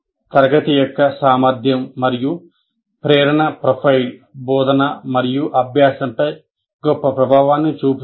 తరగతి యొక్క సామర్థ్యం మరియు ప్రేరణ ప్రొఫైల్ బోధన మరియు అభ్యాసంపై గొప్ప ప్రభావాన్ని చూపుతుంది